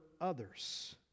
others